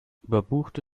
überbuchte